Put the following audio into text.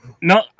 No